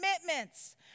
commitments